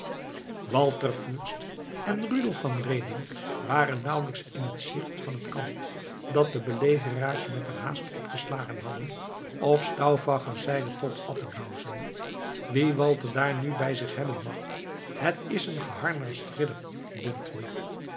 walter fürst en rudolf van reding waren nauwelijks in het gezicht van het kamp dat de belegeraars metterhaast opgeslagen hadden of stauffacher zeide tot attinghausen wie walter daar nu bij zich hebben mag het is een